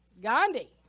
Gandhi